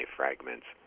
fragments